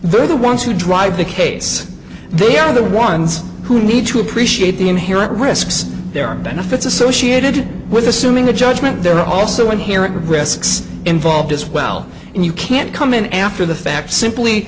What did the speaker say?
they're the ones who drive the case they are the ones who need to appreciate the inherent risks there are benefits associated with assuming a judgment there also inherent risks involved as well and you can't come in after the fact simply